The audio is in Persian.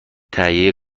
تهیه